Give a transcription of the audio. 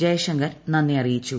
ജയ്ശങ്കർ നന്ദി അറിയിച്ചു